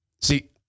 See